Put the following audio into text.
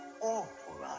awful